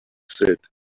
said